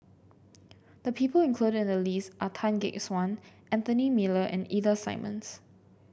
the people included in the list are Tan Gek Suan Anthony Miller and Ida Simmons